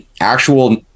actual